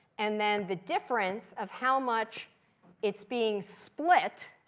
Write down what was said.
and then the difference of how much it's being split.